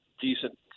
decent